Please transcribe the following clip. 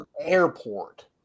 airport